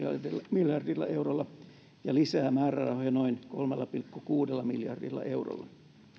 miljardilla eurolla ja lisää määrärahoja noin kolmella pilkku kuudella miljardilla eurolla